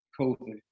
COVID